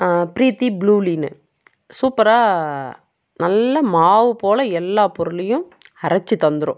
Preethi blue லீன்னு சூப்பராக நல்லா மாவுப்போல் எல்லா பொருளையும் அரைச்சி தந்துடும்